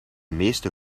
meeste